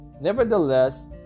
nevertheless